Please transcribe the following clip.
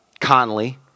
Conley